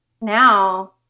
now